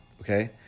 Okay